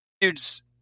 dude's